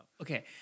Okay